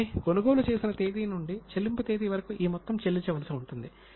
కాబట్టి కొనుగోలు చేసిన తేదీ నుండి చెల్లింపు తేదీ వరకు ఈ మొత్తం చెల్లించవలసి ఉంటుంది